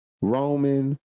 Roman